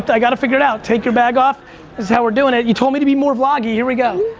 i gotta figure it out. take your bag off, this is how we're doing it. you told me to be more vloggy, here we go.